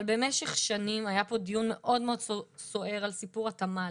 אבל במשך שנים היה פה דיון מאוד מאוד סוער על סיפור התמ"לים,